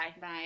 Bye